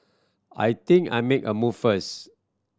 I think I make a move first